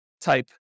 type